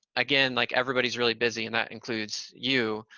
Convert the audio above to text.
again like everybody's really busy, and that includes you,